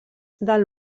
del